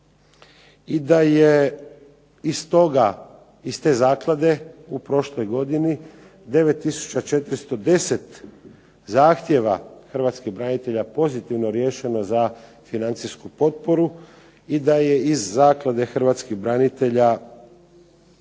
iz toga, iz te zaklade u prošloj godini 9410 zahtjeva hrvatskih branitelja pozitivno riješeno za financijsku potporu i da je iz Zaklade hrvatskih branitelja